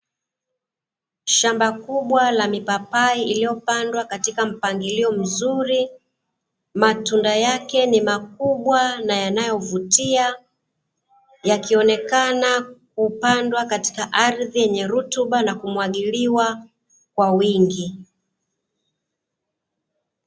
Shamba kubwa la mipapai iliyopandwa katika mpangilio mzuri, matunda yake ni makubwa na yanayovutia, yakionekana kupandwa katika ardhi yenye rutuba na kumwagiliwa kwa wingi.